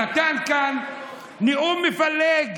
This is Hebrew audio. הוא נתן כאן נאום מפלג,